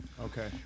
Okay